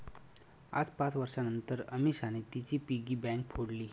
आज पाच वर्षांनतर अमीषाने तिची पिगी बँक फोडली